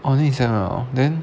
哦 next sem~ liao ah then